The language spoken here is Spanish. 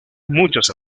muchas